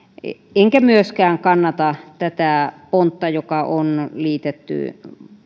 enkä myöskään kannata tätä pontta joka on liitetty